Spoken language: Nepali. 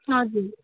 हजुर